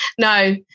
No